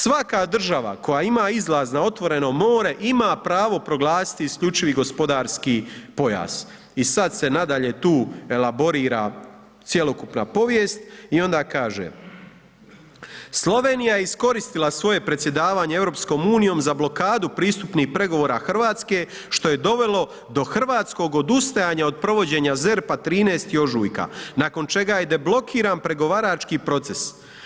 Svaka država koja ima izlaz na otvoreno more ima pravo proglasiti isključivi gospodarski pojas.“ I sad se nadalje tu elaborira cjelokupna povijest i onda kaže „ Slovenija je iskoristila svoje predsjedavanje EU za blokadu pristupnih pregovora RH što je dovelo do hrvatskog odustajanja od provođenja ZERP-a 13. ožujka nakon čega je deblokiran pregovarački proces.